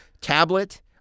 Tablet